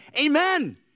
Amen